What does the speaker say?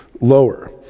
lower